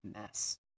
mess